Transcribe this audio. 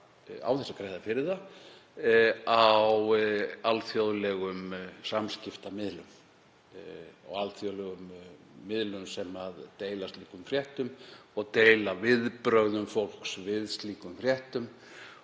án þess að greiða fyrir það á alþjóðlegum samskiptamiðlum og alþjóðlegum miðlum sem deila slíkum fréttum og deila viðbrögðum fólks við slíkum fréttum.